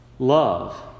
Love